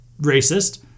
racist